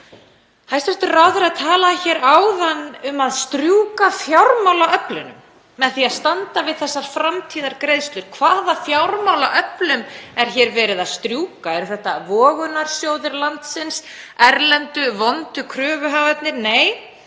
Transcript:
Hæstv. ráðherra talaði hér áðan um að strjúka fjármálaöflunum með því að standa við þessar framtíðargreiðslur. Hvaða fjármálaöflum er hér verið að strjúka? Eru þetta vogunarsjóðir landsins, erlendu, vondu kröfuhafarnir? Nei,